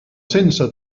sense